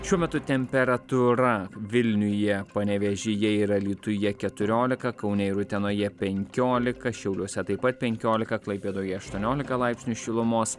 šiuo metu temperatūra vilniuje panevėžyje ir alytuje keturiolika kaune ir utenoje penkiolika šiauliuose taip pat penkiolika klaipėdoje aštuoniolika laipsnių šilumos